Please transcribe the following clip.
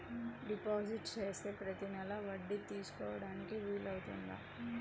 Deposit చేస్తే ప్రతి నెల వడ్డీ తీసుకోవడానికి వీలు అవుతుందా?